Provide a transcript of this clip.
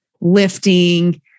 lifting